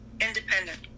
independent